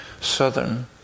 southern